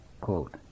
quote